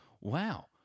Wow